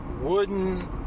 wooden